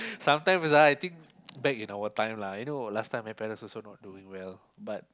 sometimes lah I think back in our time lah you know last time my parents also not doing well but